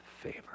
favor